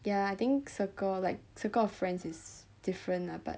ya I think circle like circle of friends is different lah but